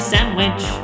Sandwich